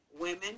women